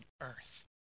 earth